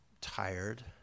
Tired